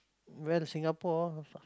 where the Singapore ah